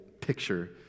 picture